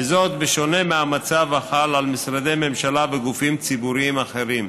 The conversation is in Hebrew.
וזאת בשונה מהמצב החל על משרדי ממשלה וגופים ציבוריים אחרים.